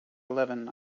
eleven